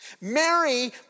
Mary